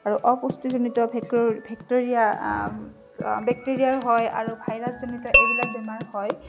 আৰু অপুষ্টিজনিত ভেঁকুৰ ভিক্টৰিয়া বেক্টেৰিয়াৰ হয় আৰু ভাইৰাছজনিত এইবিলাক বেমাৰ হয়